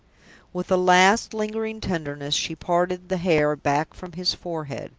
with a last, lingering tenderness, she parted the hair back from his forehead.